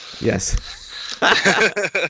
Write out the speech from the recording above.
Yes